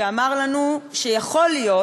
שאמר לנו שיכול להיות,